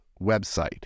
website